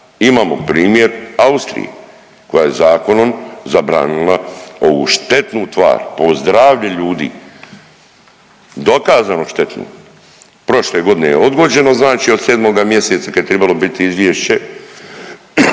Imamo primjer u Austriji koja je zakonom zabranila ovu štetnu tvar po zdravlje ljudi. Dokazano štetnu. Prošle godine je odgođeno, znači od 7. mj. kad je trebalo biti izvješće,